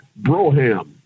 Broham